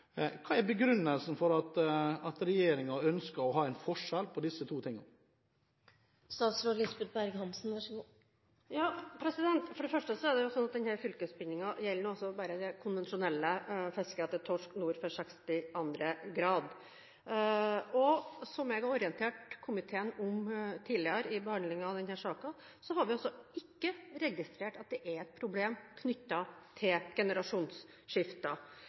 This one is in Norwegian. Hva er begrunnelsen for at regjeringen ønsker å ha en forskjell på disse to tingene? For det første er det sånn at fylkesbindingen bare gjelder det konvensjonelle fisket etter torsk nord for 62. grad. Som jeg har orientert komiteen om tidligere i behandlingen av denne saken, har vi ikke registrert at det er et problem knyttet til